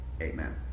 Amen